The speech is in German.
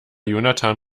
jonathan